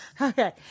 Okay